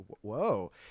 whoa